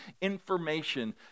information